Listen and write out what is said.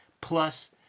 Plus